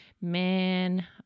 man